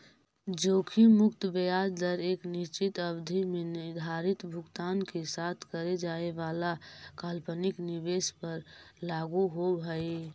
जोखिम मुक्त ब्याज दर एक निश्चित अवधि में निर्धारित भुगतान के साथ करे जाए वाला काल्पनिक निवेश पर लागू होवऽ हई